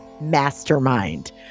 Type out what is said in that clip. mastermind